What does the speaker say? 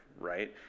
right